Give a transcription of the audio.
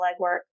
legwork